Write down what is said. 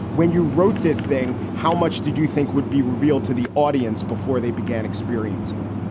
when you wrote this thing, how much did you think would be revealed to the audience before they began experiencing it?